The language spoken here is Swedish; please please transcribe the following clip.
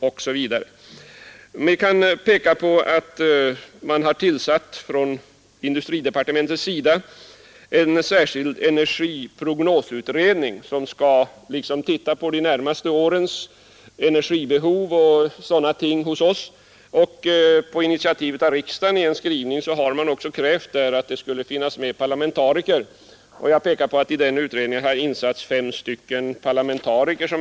Industridepartementet har tillsatt en särskild energiprognosutredning, som skall se över de närmaste årens energibehov och annat sådant, Riksdagen har också i en skrivning krävt att parlamentariker skulle ingå i en sådan utredning, och utskottet pekar på att fem parlamentariker har knutits till utredningen.